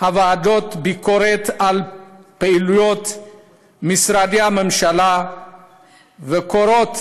הוועדות ביקורת על פעילויות משרדי הממשלה וקוראות